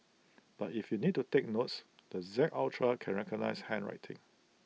but if you need to take notes the Z ultra can recognise handwriting